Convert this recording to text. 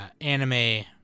anime